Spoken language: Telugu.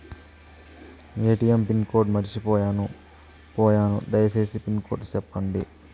ఎ.టి.ఎం పిన్ కోడ్ మర్చిపోయాను పోయాను దయసేసి పిన్ కోడ్ సెప్పండి?